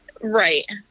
Right